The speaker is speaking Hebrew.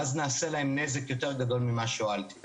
ואז נעשה להם נזק יותר גדול מתועלת.